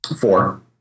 four